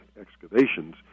excavations